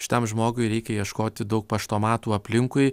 šitam žmogui reikia ieškoti daug paštomatų aplinkui